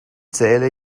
zähle